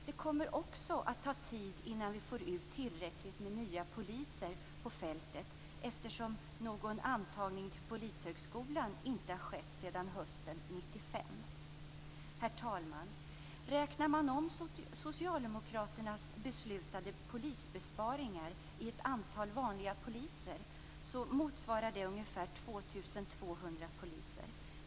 Det kommer också att ta tid innan vi får ut tillräckligt med nya poliser på fältet, eftersom ingen antagning till Polishögskolan har skett sedan hösten Herr talman! Räknar man om socialdemokraternas beslutade polisbesparingar i antal vanliga poliser motsvarar de ungefär 2 200 poliser.